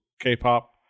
k-pop